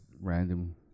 random